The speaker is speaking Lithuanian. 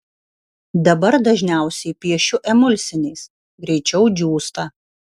dabar dažniausiai piešiu emulsiniais greičiau džiūsta